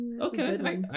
Okay